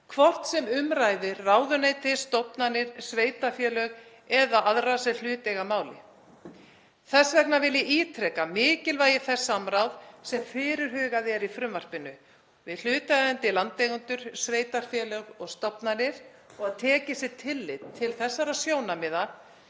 hvort sem um ræðir ráðuneyti, stofnanir, sveitarfélög eða aðra sem hlut eiga að máli. Þess vegna vil ég ítreka mikilvægi þess samráðs sem fyrirhugað er í frumvarpinu við hlutaðeigandi landeigendur, sveitarfélög og stofnanir og að tekið sé tillit til þessara sjónarmiða